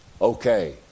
Okay